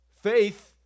faith